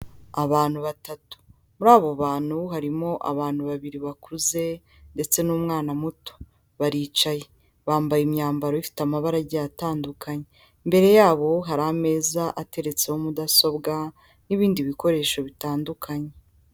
Abantu batatu muri abo bantu harimo abantu babiri bakuze ndetse n'umwana muto baricaye, bambaye imyambaro ifite amabara agiye atandukanye, imbere yabo hari ameza ateretseho mudasobwa n'ibindi bikoresho bitandukanye.